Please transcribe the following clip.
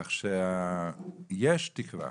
כך שיש תקווה.